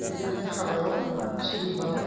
बिदिनो हाबायाव सोरनिबा